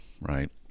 right